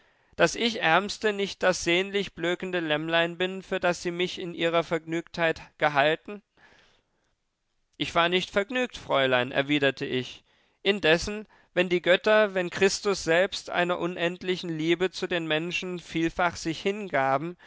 daß ich ärmste nicht das sehnlich blökende lämmlein bin für das sie mich in ihrer vergnügtheit gehalten ich war nicht vergnügt fräulein erwiderte ich indessen wenn die götter wenn christus selbst einer unendlichen liebe zu den menschen vielfach sich hingaben